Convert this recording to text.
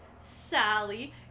sally